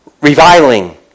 reviling